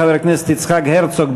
חבר הכנסת יצחק הרצוג,